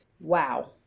wow